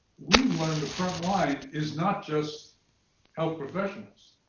we've learned the front line is not just health professionals.